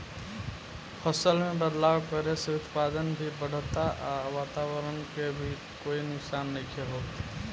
फसल में बदलाव करे से उत्पादन भी बढ़ता आ वातवरण के भी कोई नुकसान नइखे होत